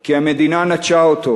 כי המדינה נטשה אותו.